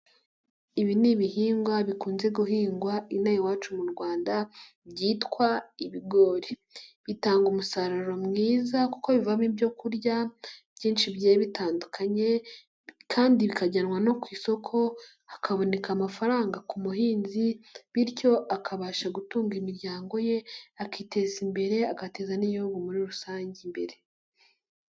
Ibi ni ibihingwa bikunze guhingwa inaha iwacu mu Rwanda byitwa ibigori. Bitanga umusaruro mwiza kuko bivamo ibyo kurya byinshi bigiye bitandukanye kandi bikajyanwa no ku isoko hakaboneka amafaranga ku buhinzi bityo akabasha gutunga imiryango ye, akiteza imbere agateza n'Igihugu muri rusange imbere.